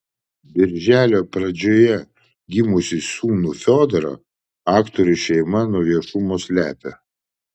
birželio pradžioje gimusį sūnų fiodorą aktorių šeima nuo viešumo slepia